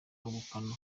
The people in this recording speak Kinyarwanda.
ubukana